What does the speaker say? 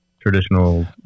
traditional